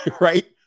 Right